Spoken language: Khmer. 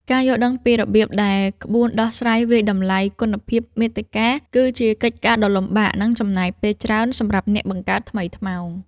ការយល់ដឹងពីរបៀបដែលក្បួនដោះស្រាយវាយតម្លៃគុណភាពមាតិកា គឺជាកិច្ចការដ៏លំបាក និងចំណាយពេលច្រើនសម្រាប់អ្នកបង្កើតថ្មីថ្មោង។